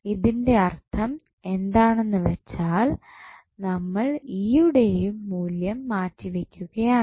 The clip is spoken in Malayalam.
ഇതിൻറെ അർത്ഥം എന്താണെന്നുവെച്ചാൽ നമ്മൾ E യുടെ മൂല്യം മാറ്റിവയ്ക്കുകയാണ്